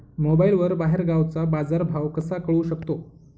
मोबाईलवर बाहेरगावचा बाजारभाव कसा कळू शकतो?